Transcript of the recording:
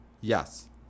Yes